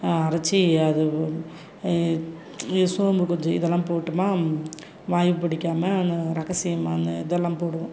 அரைச்சி அது சோம்பு கொஞ்சம் இதெல்லாம் போட்டும்மா வாய்வு பிடிக்காம அந்த ரகசியமான இதெல்லாம் போடுவோம்